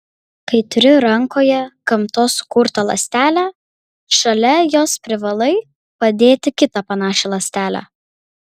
kai turi rankoje gamtos sukurtą ląstelę šalia jos privalai padėti kitą panašią ląstelę